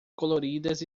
coloridas